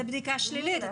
זאת בדיקה שלילית.